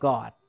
God